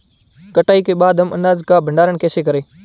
कटाई के बाद हम अनाज का भंडारण कैसे करें?